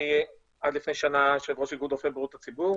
עד לפני שנה יו"ר איגוד רופאי בריאות הציבור,